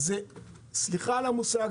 סליחה על הביטוי,